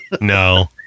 no